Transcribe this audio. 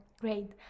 great